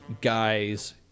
guys